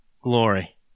glory